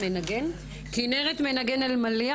כנרת מנגן אלמליח,